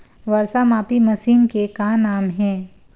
वर्षा मापी मशीन के का नाम हे?